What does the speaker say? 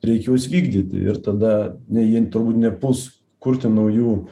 reikia juos vykdyti ir tada ne jie turbūt nepuls kurti naujų